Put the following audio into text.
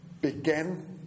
began